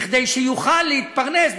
כדי שיוכל להתפרנס,